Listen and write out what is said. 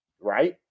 right